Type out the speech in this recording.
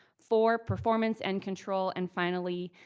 four, performance and control, and finally,